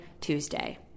Tuesday